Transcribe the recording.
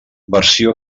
versió